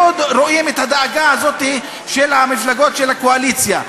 אז אנחנו לא רואים את הדאגה הזאת של המפלגות של הקואליציה.